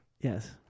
Yes